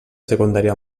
secundària